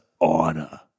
honor